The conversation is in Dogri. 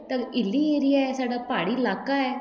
पर हिल्ली एरिया ऐ साढ़ा प्हाड़ी इलाका ऐ